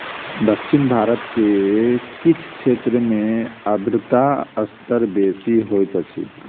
दक्षिण भारत के किछ क्षेत्र में आर्द्रता स्तर बेसी होइत अछि